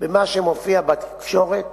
מה שמופיע בתקשורת